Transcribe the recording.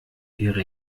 wäre